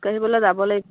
খোজকাঢ়িবলৈ যাব লাগিছিলে